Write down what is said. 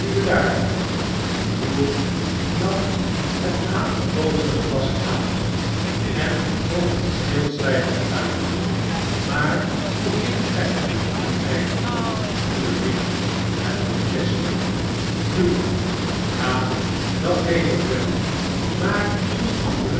nam het aangebodene glas aan en dronk het stilzwijgend uit maar hoe heet gij nu eigenlijk goede vriend hernam chester hugh ja dat weet ik wel maar uw andere